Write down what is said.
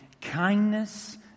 kindness